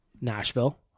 Nashville